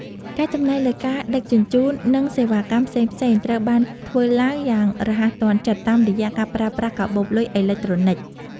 ការចំណាយលើការដឹកជញ្ជូន និងសេវាកម្មផ្សេងៗត្រូវបានធ្វើឡើងយ៉ាងរហ័សទាន់ចិត្តតាមរយៈការប្រើប្រាស់កាបូបលុយអេឡិចត្រូនិក។